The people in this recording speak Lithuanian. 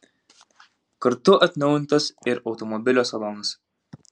kartu atnaujintas ir automobilio salonas